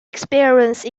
experience